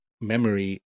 Memory